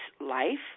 life